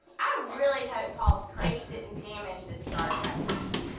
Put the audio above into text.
i really hope paul's crate didn't damage this star trek bridge.